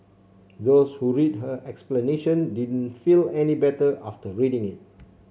those who read her explanation didn't feel any better after reading it